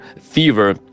fever